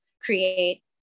create